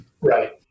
Right